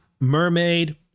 mermaid